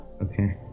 Okay